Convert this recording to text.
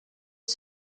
des